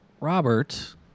Robert